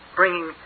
bringing